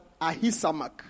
Ahisamak